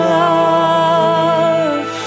love